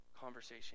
conversation